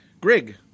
Grig